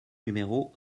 numéro